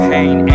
Pain